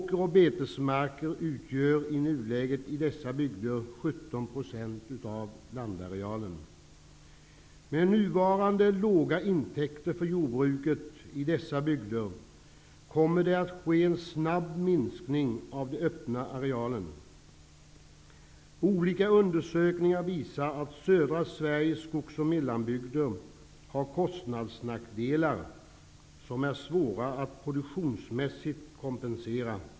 I nuläget utgör åker och betesmark 17 % av landarealen i dessa bygder. Med nuvarande låga intäkter för jordbruket i dessa bygder kommer den öppna arealen att minska snabbt. Olika undersökningar visar att södra Sveriges skogs och mellanbygder har kostnadsnackdelar som det är svårt att kompensera produktionsmässigt.